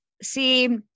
see